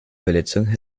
verletzungen